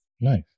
Nice